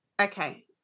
Okay